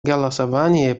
голосовании